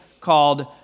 called